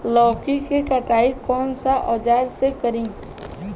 लौकी के कटाई कौन सा औजार से करी?